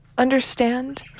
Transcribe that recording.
understand